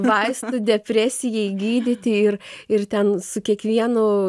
vaistų depresijai gydyti ir ir ten su kiekvienu